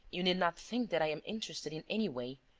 you need not think that i am interested in any way.